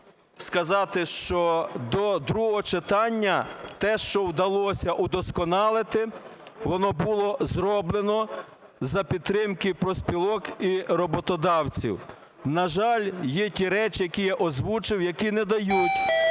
сказати, що до другого читання те, що вдалося удосконалити, воно було зроблено за підтримки профспілок і роботодавців. На жаль, є ті речі, які я озвучив, які не дають